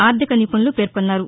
ఆర్థిక నిపుణులు పేర్కొన్నారు